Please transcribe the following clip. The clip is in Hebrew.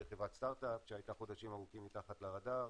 חברת סטארט אפ שהייתה חודשים ארוכים מתחת לרדאר,